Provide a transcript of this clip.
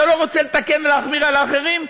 אתה לא רוצה לתקן ולהחמיר על האחרים,